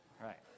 right